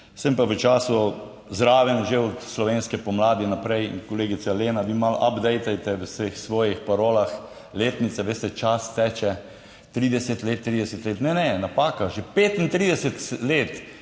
sem pa zraven že od slovenske pomladi naprej. In, kolegica Lena, vi malo updatetajte v vseh svojih parolah. Letnice, veste, čas teče, 30 let, 30 let - ne, ne, napaka! Že 35 let